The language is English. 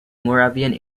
moravian